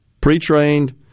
pre-trained